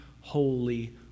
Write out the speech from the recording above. holy